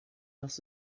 else